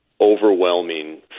overwhelming